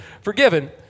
forgiven